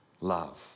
love